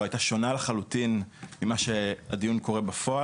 הייתה שונה לחלוטין ממה שהדיון קורה בפועל.